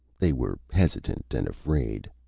they were hesitant and afraid.